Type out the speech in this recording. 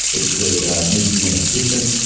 it could maybe be inefficient,